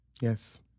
Yes